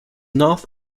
north